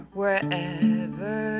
wherever